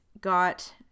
got